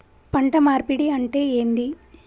పంట మార్పిడి అంటే ఏంది?